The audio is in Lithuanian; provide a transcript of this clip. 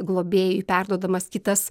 globėjui perduodamas kitas